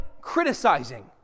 criticizing